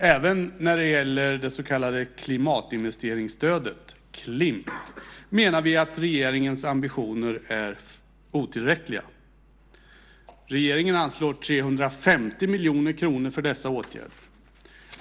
Även när det gäller det så kallade klimatinvesteringsstödet, Klimp, menar vi att regeringens ambitioner är otillräckliga. Regeringen anslår 350 miljoner kronor för dessa åtgärder.